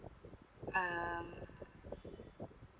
um